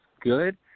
good